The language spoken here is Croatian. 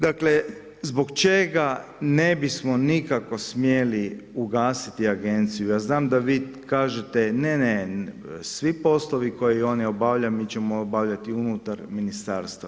Dakle, zbog čega ne bismo nikako smjeli ugasiti agenciju, ja znam da vi kažete ne, ne svi poslovi koje oni obavljaju mi ćemo obavljati unutar ministarstva.